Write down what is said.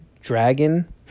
dragon